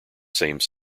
same